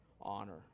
honor